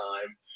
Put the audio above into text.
time